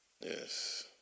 Yes